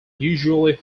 usually